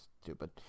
stupid